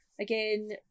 Again